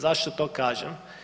Zašto to kažem?